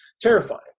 terrifying